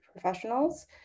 professionals